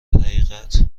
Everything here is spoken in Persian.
حقیقت